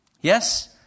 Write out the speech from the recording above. Yes